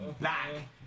back